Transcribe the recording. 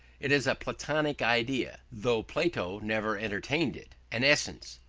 it is a platonic idea though plato never entertained it an essence,